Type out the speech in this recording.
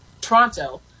Toronto